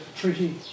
treaty